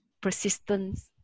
persistence